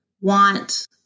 want